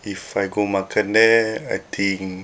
if I go makan there I think